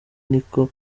niko